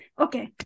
Okay